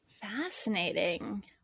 Fascinating